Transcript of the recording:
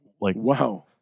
Wow